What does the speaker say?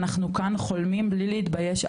אנחנו כאן חולמים בלי להתבייש,